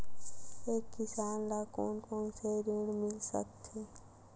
एक किसान ल कोन कोन से ऋण मिल सकथे?